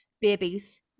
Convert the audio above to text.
babies